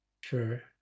sure